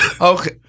okay